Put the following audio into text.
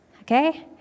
okay